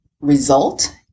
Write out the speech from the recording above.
result